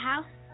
House